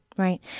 Right